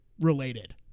related